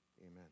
amen